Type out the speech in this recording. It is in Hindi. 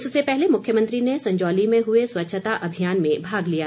इससे पहले मुख्यमंत्री ने संजौली में हुए स्वच्छता अभियान में भाग लिया